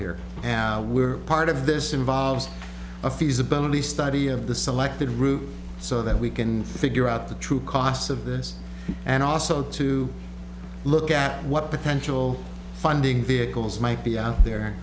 here have we're part of this involves a feasibility study of the selected route so that we can figure out the true costs of this and also to look at what potential finding vehicles might be out there